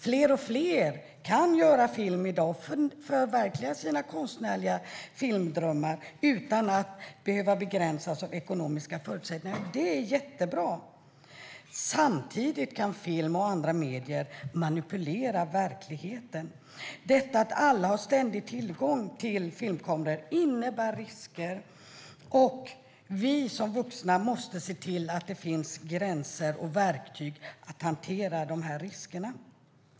Fler och fler kan göra film i dag och förverkliga sina konstnärliga filmdrömmar utan att behöva begränsas av ekonomiska förutsättningar. Det är bra. Samtidigt kan film och andra medier manipulera verkligheten. Detta att alla har ständig tillgång till filmkameror innebär risker. Vi vuxna måste se till att det finns gränser och verktyg att hantera riskerna.